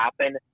happen